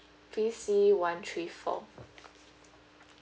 tracy one three four